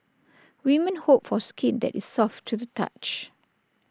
women hope for skin that is soft to the touch